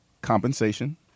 Compensation